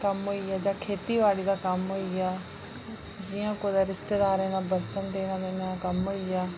कम्म होइया जां खेती बाड़ी दा कम्म होइया जियां कुदै रिश्तेदारें दे बरतन देने लेने दा कम्म होई गेआ